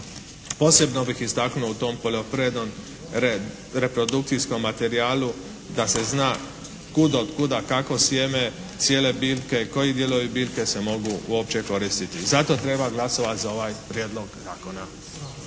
Posebno bih istaknuo u tom poljoprivrednom reprodukcijskom materijalu da se zna kud, od kuda, kako sjeme cijele biljke, koji dijelovi biljke se mogu uopće koristiti? Zato treba glasovati za ovaj Prijedlog zakona.